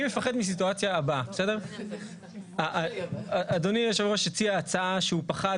אני מפחד מהסיטואציה הבאה: אדוני יושב הראש הציע הצעה שהוא פחד